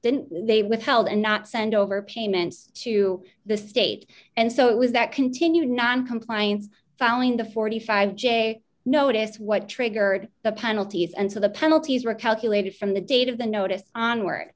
then they withheld and not send over payments to the state and so it was that continued noncompliance following the forty five j notice what triggered the penalties and so the penalties were calculated from the date of the notice on w